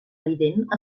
evident